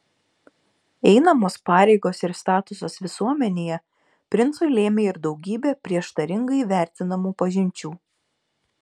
einamos pareigos ir statusas visuomenėje princui lėmė ir daugybę prieštaringai vertinamų pažinčių